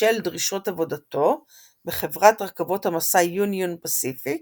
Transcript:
בשל דרישות עבודתו בחברת רכבות המשא יוניון פסיפיק,